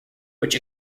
which